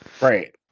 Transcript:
Right